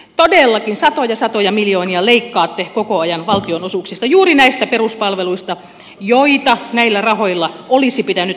todellakin satoja satoja miljoonia leikkaatte koko ajan valtionosuuksista juuri näistä peruspalveluista joita näillä rahoilla olisi pitänyt voida hoitaa